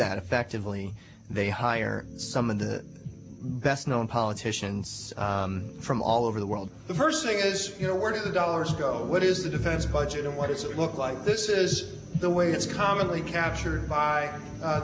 that effectively they hire some of the best known politicians from all over the world the first thing is you know where does the dollars go what is the defense budget and what does it look like this is the way it's commonly captured by